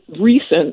recent